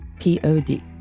P-O-D